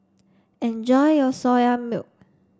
enjoy your Soya Milk